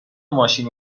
ماشینی